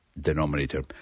denominator